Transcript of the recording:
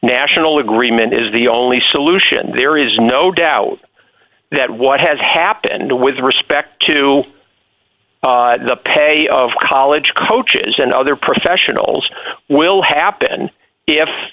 national agreement is the only solution there is no doubt that what has happened to with respect to the pay of college coaches and other professionals will happen if